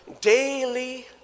daily